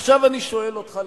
עכשיו אני שואל אותך,